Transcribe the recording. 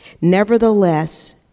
Nevertheless